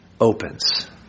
opens